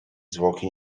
zwłoki